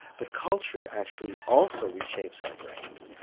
but culture actually also reshapes our brains.